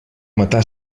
matar